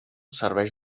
serveix